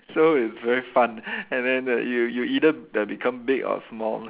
so it's very fun and then the you you either b~ become big or small